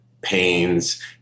pains